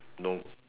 no